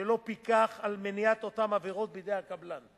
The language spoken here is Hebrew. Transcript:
שלא פיקח על מניעת אותן עבירות בידי הקבלן.